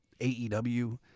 AEW